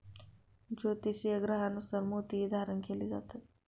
ज्योतिषीय ग्रहांनुसार मोतीही धारण केले जातात